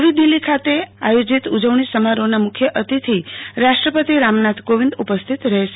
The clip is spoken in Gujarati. નવી દિલ્હી ખાતે આયોજીત ઉજવણી સમારોહના મુખ્ય અતિથિ રાષ્ટપતિ રામનાથ કોવિંદ ઉપસ્થિત રહેશે